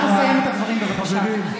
אנא, סיים את הדברים, בבקשה.